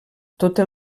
totes